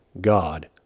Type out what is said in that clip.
God